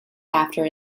after